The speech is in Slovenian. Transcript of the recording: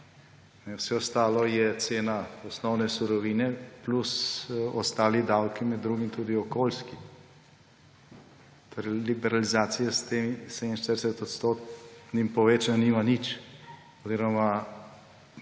vse ostalo je cena osnovne surovine plus ostali davki, med drugim tudi okoljski. Liberalizacija s 47-odstotnim povečanjem nima nič oziroma